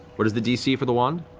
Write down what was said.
what is the dc for the wand?